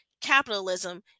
capitalism